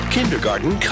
Kindergarten